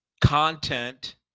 content